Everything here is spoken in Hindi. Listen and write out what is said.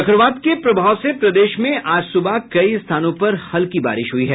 चक्रवात के प्रभाव से प्रदेश में आज सुबह कई स्थानों पर हल्की बारिश हुई है